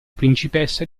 principessa